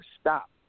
stop